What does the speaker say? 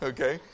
Okay